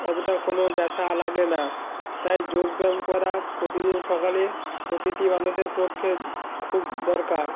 অতটা কোনো ব্যথা লাগে না তাই যোগ ব্যায়াম করা প্রতিদিন সকালে প্রতিটি মানুষের পক্ষে খুব দরকার